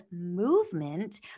movement